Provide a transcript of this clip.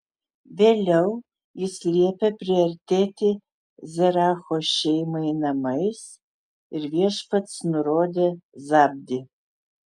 vėliau jis liepė priartėti zeracho šeimai namais ir viešpats nurodė zabdį